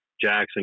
Jackson